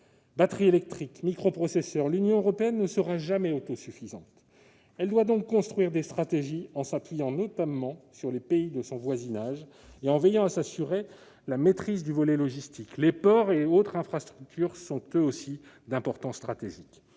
batteries électriques, microprocesseurs ... L'Union européenne ne sera jamais autosuffisante. Elle doit donc construire des stratégies, en s'appuyant notamment sur les pays de son voisinage et en veillant à s'assurer la maîtrise du volet logistique ; les ports et autres infrastructures sont eux aussi d'importance stratégique.